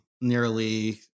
nearly